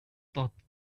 started